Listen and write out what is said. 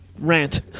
Rant